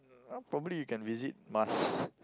probably you can visit Mars